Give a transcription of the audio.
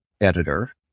editor